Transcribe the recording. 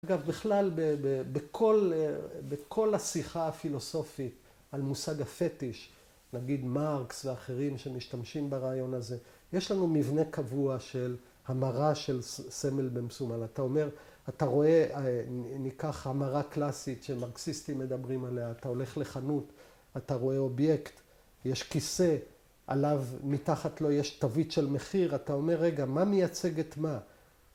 ‫אגב, בכלל, בכל השיחה הפילוסופית ‫על מושג הפטיש, ‫נגיד מרקס ואחרים ‫שמשתמשים ברעיון הזה, ‫יש לנו מבנה קבוע ‫של המרה של סמל במסומל. ‫אתה אומר, אתה רואה, ניקח, ‫המרה קלאסית ‫שמרקסיסטים מדברים עליה, ‫אתה הולך לחנות, ‫אתה רואה אובייקט, יש כיסא, ‫עליו, מתחת לו יש תווית של מחיר. ‫אתה אומר, רגע, ‫מה מייצג את מה?